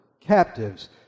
captives